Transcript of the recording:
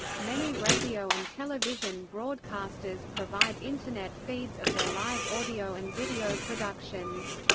many radio and television broadcasters provide internet feeds of their live audio and video productions.